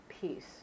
peace